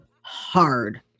hard